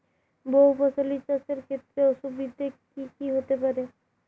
বহু ফসলী চাষ এর ক্ষেত্রে অসুবিধে কী কী হতে পারে?